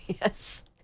yes